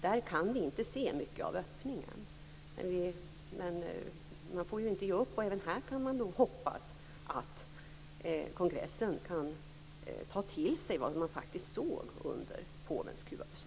Där kan vi inte se mycket av en öppning. Men man får inte ge upp. Även här kan vi hoppas att kongressen kan ta till sig vad man såg under påvens besök.